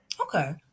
Okay